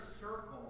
circle